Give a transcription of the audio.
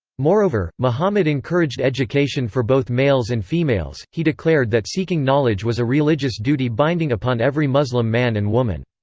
moreover, muhammad encouraged education for both males and females he declared that seeking knowledge was a religious duty binding upon every muslim man and woman.